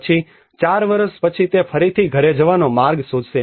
પછી 4 વર્ષ પછી તે ફરીથી ઘરે જવાનો માર્ગ શોધશે